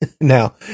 Now